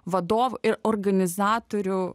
vadovų ir organizatorių